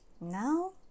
Now